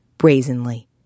Brazenly